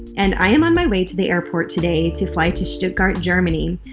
and i am on my way to the airport today to fly to stuttgart, germany,